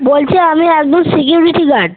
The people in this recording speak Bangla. বলছি আমি একজন সিকিউরিটি গার্ড